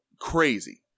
crazy